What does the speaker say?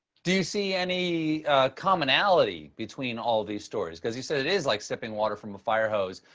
do you see any commonality between all these stories? because you said it is like sipping water from a fire hose.